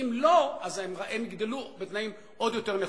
ואם לא, הם יגדלו בתנאים עוד יותר נחותים.